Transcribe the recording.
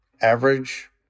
average